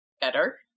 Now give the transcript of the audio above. better